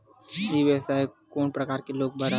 ई व्यवसाय कोन प्रकार के लोग बर आवे?